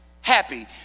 happy